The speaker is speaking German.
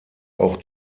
auch